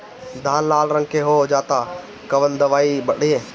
धान लाल रंग के हो जाता कवन दवाई पढ़े?